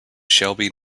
shelby